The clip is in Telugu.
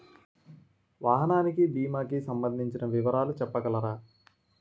వాహనానికి భీమా కి సంబందించిన వివరాలు చెప్పగలరా?